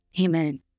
Amen